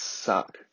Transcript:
suck